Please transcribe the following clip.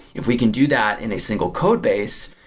if we can do that in a single codebase,